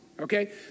Okay